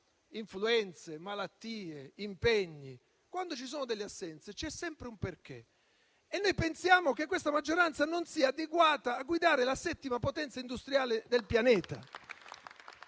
influenze, malattie o impegni. Quando ci sono assenze, c'è sempre un perché. Noi pensiamo che questa maggioranza non sia adeguata a guidare la settima potenza industriale del pianeta